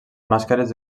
màscares